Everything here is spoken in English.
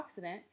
antioxidant